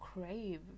crave